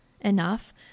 enough